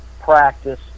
practice